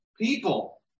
people